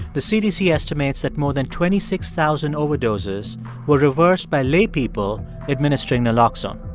the cdc estimates that more than twenty six thousand overdoses were reversed by laypeople administering naloxone.